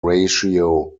ratio